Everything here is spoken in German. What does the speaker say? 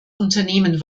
unternehmen